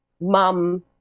mum